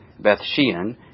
Bethshean